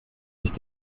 nicht